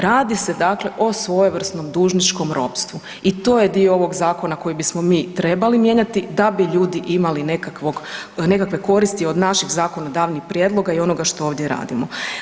Radi se dakle o svojevrsnom dužničkom ropstvu i to je dio ovog zakona koji bismo mi trebali mijenjati da bi ljudi imali nekakve koristi od naših zakonodavnih prijedloga i onoga što ovdje radimo.